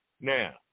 Now